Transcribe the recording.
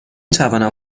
توانم